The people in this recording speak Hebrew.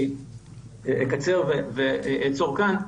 אני אקצר ואעצור כאן.